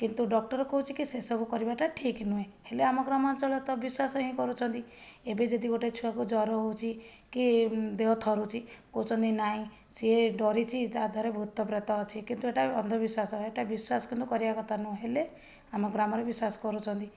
କିନ୍ତୁ ଡକ୍ଟର କହୁଛି କି ସେସବୁ କରିବାଟା ଠିକ୍ ନୁହେଁ ହେଲେ ଆମ ଗ୍ରାମାଞ୍ଚଳରେ ତ ବିଶ୍ୱାସ ହିଁ କରୁଛନ୍ତି ଏବେ ଯଦି ଗୋଟେ ଛୁଆକୁ ଜର ହେଉଛି କି ଦେହ ଥରୁଛି କହୁଛନ୍ତି ନାଇଁ ସିଏ ଡରିଛି ତା ଦେହରେ ଭୁତପ୍ରେତ ଅଛି କିନ୍ତୁ ଏଇଟା ଅନ୍ଧବିଶ୍ଵାସ ଏଟା ବିଶ୍ୱାସ କିନ୍ତୁ କରିବା କଥା ନୁହେଁ ହେଲେ ଆମ ଗ୍ରାମରେ ବିଶ୍ୱାସ କରୁଛନ୍ତି